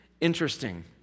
interesting